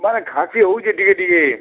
ମାନେ ଘାଁଟି ହେଉଛେ ଟିକେ ଟିକେ